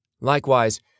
Likewise